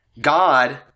God